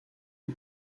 les